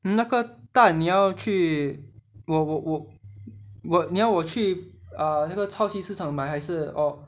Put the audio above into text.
那个蛋你要去我我我我你要我去 um 那个超级市场买还是 oh